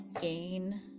gain